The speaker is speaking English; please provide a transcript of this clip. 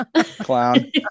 clown